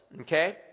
okay